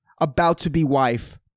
about-to-be-wife